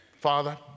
Father